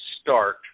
start